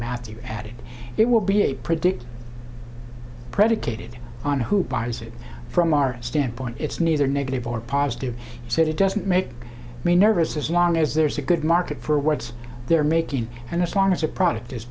matthew added it will be a predict predicated on who buys it from our standpoint it's neither negative or positive he said it doesn't make me nervous as long as there's a good market for what they're making and as long as a product is